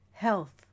health